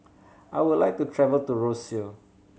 I would like to travel to Roseau